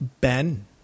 Ben